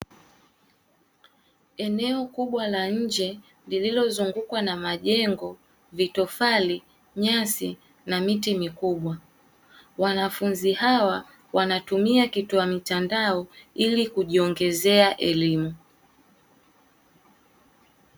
Eneo kubwa la nje lililozungukwa na majengo vitofali, nyasi na miti mikubwa. Wanafunzi hawa wanatumia kitwaa mitandao ili kujiongezea elimu.